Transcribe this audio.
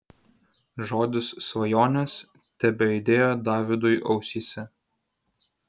žodis svajonės tebeaidėjo davidui ausyse